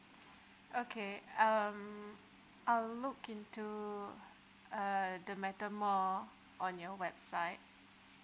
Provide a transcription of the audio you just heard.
okay um I'll look into uh the matter more on your website